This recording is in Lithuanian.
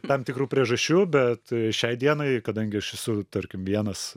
tam tikrų priežasčių bet šiai dienai kadangi aš esu tarkim vienas